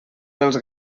dels